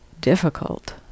difficult